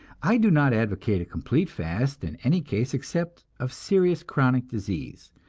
i do not advocate a complete fast in any case except of serious chronic disease,